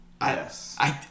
Yes